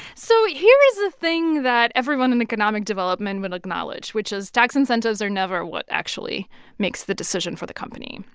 so here is the thing that everyone in economic development will acknowledge, which is tax incentives are never what actually makes the decision for the company.